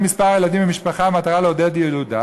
מספר הילדים במשפחה במטרה לעודד ילודה,